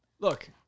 Look